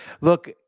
Look